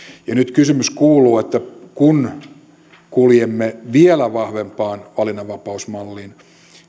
nyt kysymys kuuluu kun kuljemme vielä vahvempaan valinnanvapausmalliin